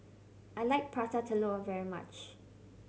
I like Prata Telur very much